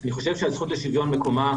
אני חושב שהזכות לשוויון, מקומה